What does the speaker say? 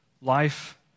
life